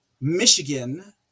Michigan